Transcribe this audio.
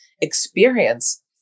experience